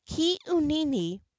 Kiunini